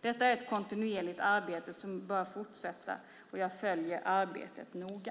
Detta är ett kontinuerligt arbete som bör fortsätta, och jag följer arbetet noga.